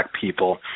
people